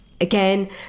Again